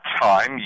time